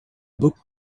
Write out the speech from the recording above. book